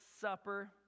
Supper